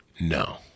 No